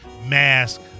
mask